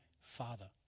Father